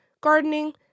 gardening